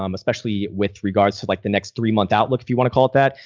um especially with regards to like the next three month outlook, if you want to call it that,